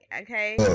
Okay